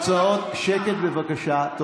שקט, בבקשה.